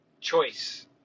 choice